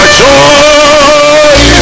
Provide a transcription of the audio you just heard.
joy